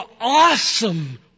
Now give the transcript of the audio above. awesome